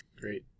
Great